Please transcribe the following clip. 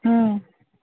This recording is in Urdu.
ہوں